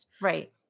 Right